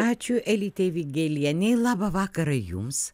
ačiū elytei vigelienei labą vakarą jums